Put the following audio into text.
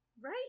Right